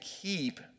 keep